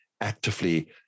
actively